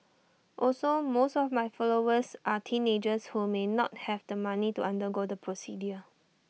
also most of my followers are teenagers who may not have the money to undergo the procedure